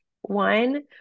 One